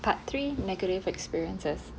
part three negative experiences